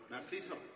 Narciso